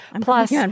Plus